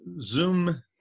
Zoom